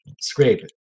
scrape